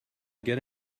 get